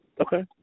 Okay